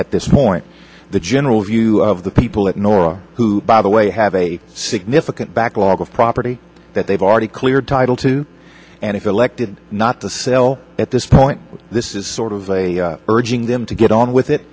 at this point the general view of the people at nora who by the way have a significant backlog of property that they've already cleared title to and elected not to sell at this point this is sort of urging them to get on with it